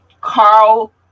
Carl